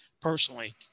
personally